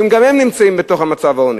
גם הם נמצאים במצב עוני,